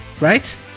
right